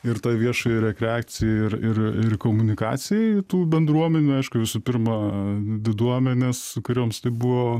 ir tai viešai rekreacijai ir ir ir komunikacijai tų bendruomenių aišku visų pirma diduomenės kurioms tai buvo